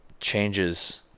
changes